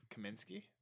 Kaminsky